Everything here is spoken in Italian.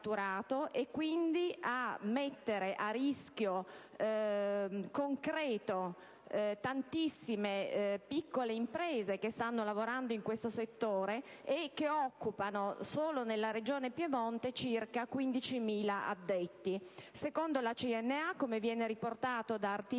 e quindi mette concretamente a rischio tantissime piccole imprese che stanno lavorando in questo settore e che occupano, solo nella Regione Piemonte, circa 15.000 addetti. Secondo la CNA, come viene riportato dagli articoli